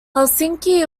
helsinki